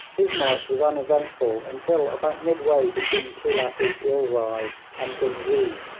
his march was uneventful until about midway between khelat-i-ghilzai and ghuznee,